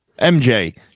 MJ